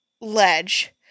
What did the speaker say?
ledge